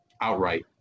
outright